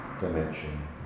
dimension